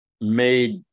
made